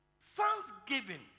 thanksgiving